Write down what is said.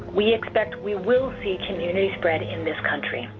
we expect we will see community spread in this country.